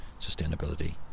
sustainability